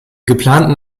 geplanten